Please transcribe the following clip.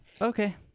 Okay